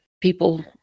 people